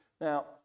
Now